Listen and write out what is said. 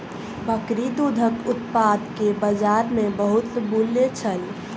बकरी दूधक उत्पाद के बजार में बहुत मूल्य छल